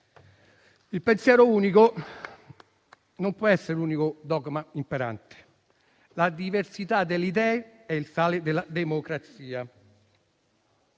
Il pensiero unico non può essere l'unico dogma imperante; la diversità delle idee è il sale della democrazia.